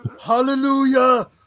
Hallelujah